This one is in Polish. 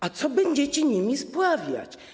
A co będziecie nimi spławiać?